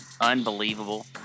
Unbelievable